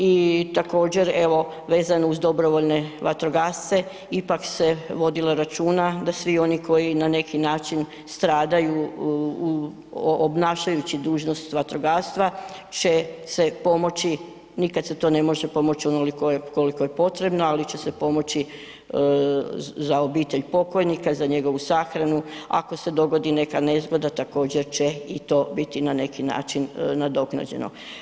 I također evo vezano uz dobrovoljne vatrogasce ipak se vodilo računa da svi o0ni koji na neki način stradaju obnašajući dužnost vatrogastva će se pomoći, nikad se to ne može pomoći onoliko koliko je potrebno ali će se pomoći za obitelj pokojnika, za njegovu sahranu, ako se dogodi neka nezgoda također će i to biti na neki način nadoknađeno.